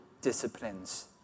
disciplines